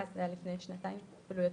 זה היה לפני שנתיים, אפילו יותר.